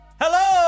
Hello